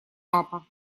папа